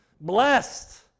Blessed